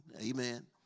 Amen